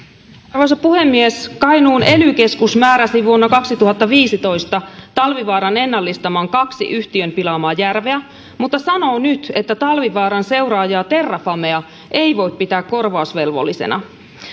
arvoisa puhemies kainuun ely keskus määräsi vuonna kaksituhattaviisitoista talvivaaran ennallistamaan kaksi yhtiön pilaamaa järveä mutta sanoo nyt että talvivaaran seuraajaa terrafamea ei voi pitää korvausvelvollisena